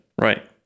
right